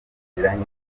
aziranye